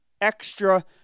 extra